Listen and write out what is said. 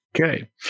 Okay